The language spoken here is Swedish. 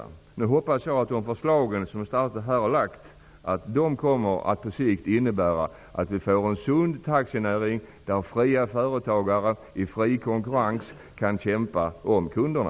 Jag hoppas nu att de förslag som statsrådet har redovisat kommer att innebära att vi på sikt får en sund taxinäring, där fria företagare i fri konkurrens tävlar om kunderna.